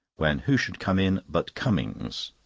when who should come in but cummings,